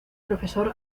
profesor